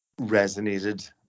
resonated